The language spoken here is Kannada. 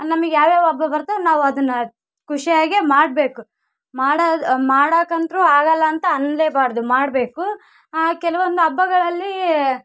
ನಮಿಗೆ ಯಾವ ಯಾವ ಹಬ್ಬ ಬರ್ತದೆ ನಾವು ಅದನ್ನು ಖುಷಿಯಾಗಿ ಮಾಡಬೇಕು ಮಾಡೋದ್ ಮಾಡಕಂತೂ ಆಗೋಲ್ಲ ಅಂತ ಅನ್ನಲೇಬಾರ್ದು ಮಾಡಬೇಕು ಕೆಲವೊಂದು ಹಬ್ಬಗಳಲ್ಲಿ